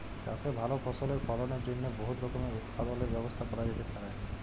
চাষে ভাল ফসলের ফলনের জ্যনহে বহুত রকমের উৎপাদলের ব্যবস্থা ক্যরা যাতে পারে